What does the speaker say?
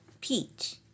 peach